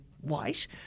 white